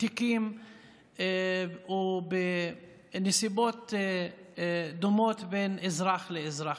בתיקים או בנסיבות דומות בין אזרח לאזרח.